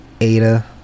ADA